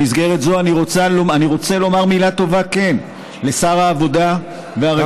במסגרת זו אני רוצה לומר מילה טובה לשר העבודה והרווחה,